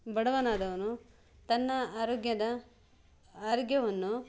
ಬಡವನಾದವನು ತನ್ನ ಆರೋಗ್ಯದ ಆರೋಗ್ಯವನ್ನು